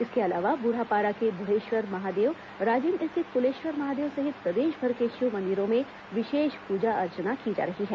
इसके अलावा ब्रढ़ापारा के ब्ढेश्वर महादेव राजिम स्थित क्लेश्वर महादेव सहित प्रदेशभर के शिव मंदिरों में विशेष पूजा अर्चना की जा रही है